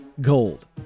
gold